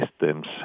systems